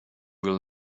will